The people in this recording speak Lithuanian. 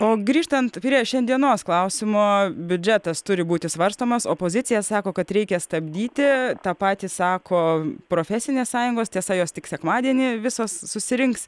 o grįžtant prie šiandienos klausimo biudžetas turi būti svarstomas opozicija sako kad reikia stabdyti tą patį sako profesinės sąjungos tiesa jos tik sekmadienį visos susirinks